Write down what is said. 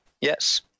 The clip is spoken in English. yes